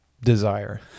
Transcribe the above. desire